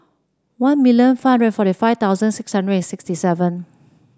one million five hundred forty five thousand six hundred and sixty seven